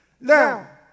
Now